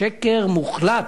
שקר מוחלט.